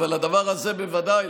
אבל הדבר הזה בוודאי,